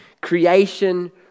creation